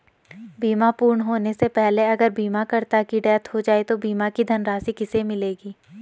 बीमा पूर्ण होने से पहले अगर बीमा करता की डेथ हो जाए तो बीमा की धनराशि किसे मिलेगी?